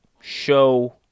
show